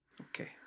Okay